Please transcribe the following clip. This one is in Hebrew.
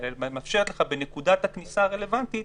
אלא מאפשרת בנקודת הכניסה הרלוונטית: